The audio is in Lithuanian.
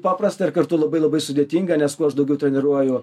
paprasta ir kartu labai labai sudėtinga nes kuo aš daugiau treniruoju